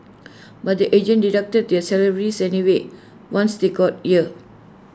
but the agent deducted their salaries anyway once they got here